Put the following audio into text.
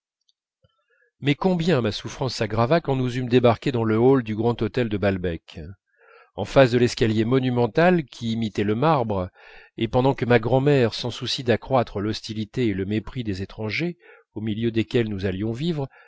mais combien ma souffrance s'aggrava quand nous eûmes débarqué dans le hall du grand hôtel de balbec en face de l'escalier monumental qui imitait le marbre et pendant que ma grand'mère sans souci d'accroître l'hostilité et le mépris des étrangers au milieu desquels nous allions vivre